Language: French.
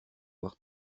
voir